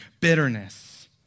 bitterness